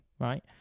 right